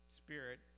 spirit